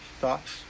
thoughts